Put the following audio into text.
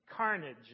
Carnage